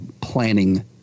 planning